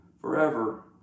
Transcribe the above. forever